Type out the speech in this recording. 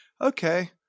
Okay